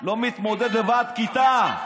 לא מתמודד לוועד כיתה,